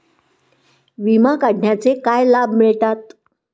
विमा काढण्याचे काय लाभ मिळतात?